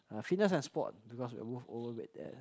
uh fitnes and sport because we were both overweight then